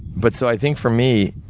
but so, i think, for me,